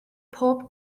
pob